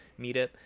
meetup